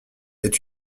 est